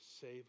save